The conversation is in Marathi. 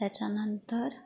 त्याच्यानंतर